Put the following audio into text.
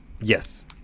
Yes